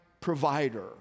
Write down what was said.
provider